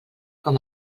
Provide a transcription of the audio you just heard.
com